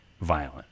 violent